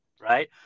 right